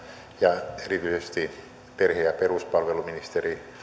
ja erityisesti perhe ja peruspalveluministeri